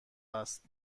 است